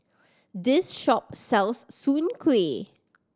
this shop sells Soon Kuih